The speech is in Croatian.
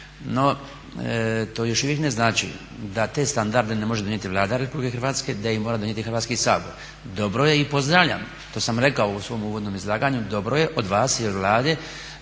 No to još uvijek ne znači da te standarde ne može donijeti Vlada Republike Hrvatske, da ih mora donijeti Hrvatski sabor. Dobro je i pozdravljam, što sam rekao u svom uvodnom izlaganju, dobro je od vas i od Vlade